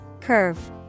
Curve